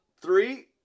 three